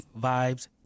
Vibes